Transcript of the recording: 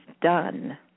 done